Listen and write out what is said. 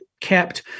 kept